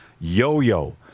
yo-yo